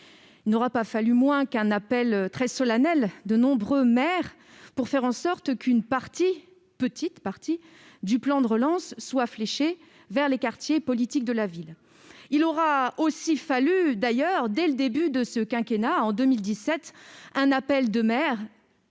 Il n'aura pas fallu moins qu'un appel très solennel de nombreux maires pour qu'une petite partie du plan de relance soit fléchée vers ces quartiers. Il aura aussi fallu, d'ailleurs, dès le début du quinquennat, en 2017, un appel de maires